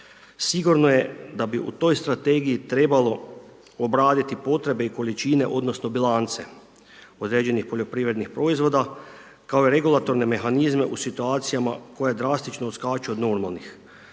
sigurno je da bi u toj strategiji trebalo obraditi potrebe i količine odnosno bilance određenih poljoprivrednih proizvoda kao regulatorne mehanizme u situacijama koje drastično odskaču od normalnih.